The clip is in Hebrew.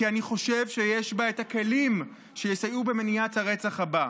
כי אני חושב שיש בה את הכלים שיסייעו במניעת הרצח הבא,